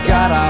God